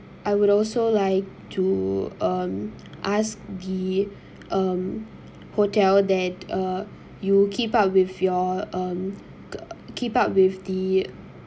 I would also like to um ask the um hotel that uh you keep up with your um keep up with the